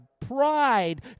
Pride